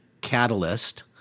catalyst